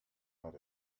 not